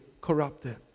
corrupted